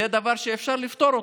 זה דבר שאפשר לפתור אותו.